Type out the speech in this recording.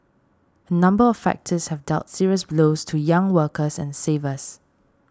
a number of factors have dealt serious blows to young workers and savers